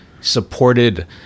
supported